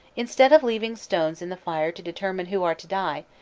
instead of leaving stones in the fire to determine who are to die,